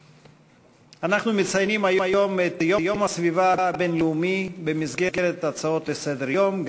אנחנו מציינים היום את יום הסביבה הבין-לאומי במסגרת הצעות לסדר-היום.